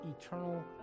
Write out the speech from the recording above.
eternal